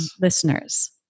listeners